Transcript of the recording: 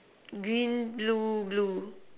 green blue blue